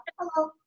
hello